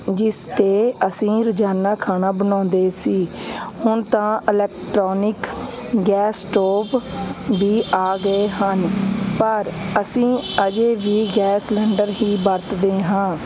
ਜਿਸ 'ਤੇ ਅਸੀਂ ਰੋਜ਼ਾਨਾ ਖਾਣਾ ਬਣਾਉਂਦੇ ਸੀ ਹੁਣ ਤਾਂ ਇਲੈਕਟਰੋਨਿਕ ਗੈਸ ਸਟੋਪ ਵੀ ਆ ਗਏ ਹਨ ਪਰ ਅਸੀਂ ਅਜੇ ਵੀ ਗੈਸ ਸਿਲੰਡਰ ਹੀ ਵਰਤਦੇ ਹਾਂ